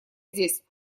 здесь